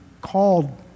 called